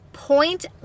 Point